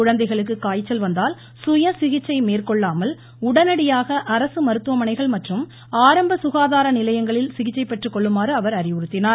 குழந்தைகளுக்கு காய்ச்சல் வந்தால் சுய சிகிச்சை மேற்கொள்ளாமல் உடனடியாக அரசு மருத்துவமனைகள் மற்றும் ஆரம்ப சுகாதார நிலையங்களில் சிகிச்சை பெற்றுக்கொள்ளுமாறு அவர் அறிவுறுத்தினார்